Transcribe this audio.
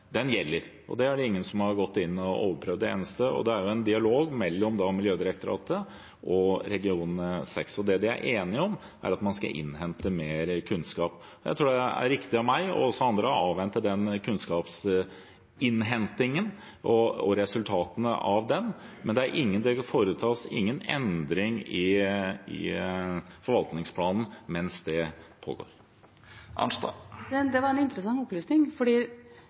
gjelder, og det er det ingen som har gått inn og overprøvd. Det er en dialog mellom Miljødirektoratet og region 6. Det de er enige om, er at man skal innhente mer kunnskap. Jeg tror det er riktig av meg og også andre å avvente kunnskapsinnhentingen og resultatene av den. Men det foretas ingen endring i forvaltningsplanen mens det pågår. Det var en interessant opplysning,